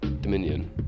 Dominion